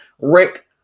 Rick